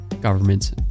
governments